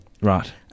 Right